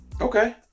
Okay